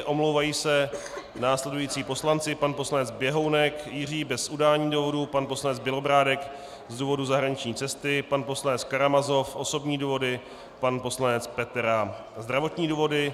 Omlouvají se následující poslanci: pan poslanec Běhounek Jiří bez udání důvodu, pan poslanec Bělobrádek z důvodu zahraniční cesty, pan poslanec Karamazov osobní důvody, pan poslanec Petera zdravotní důvody.